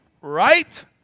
right